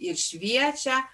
ir šviečia